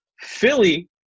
Philly